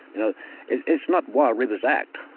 you know it's not wild rivers act,